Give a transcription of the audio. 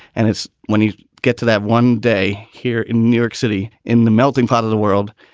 and it's when you get to that one day here in new york city in the melting pot of the world,